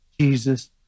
Jesus